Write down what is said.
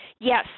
Yes